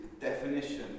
definition